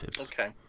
okay